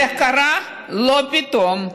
זה קרה לא פתאום,